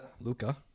Luca